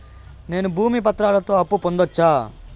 నేను భూమి పత్రాలతో అప్పు పొందొచ్చా?